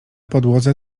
podłodze